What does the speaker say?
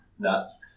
nuts